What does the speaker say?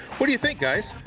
what do you think, guys?